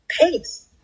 pace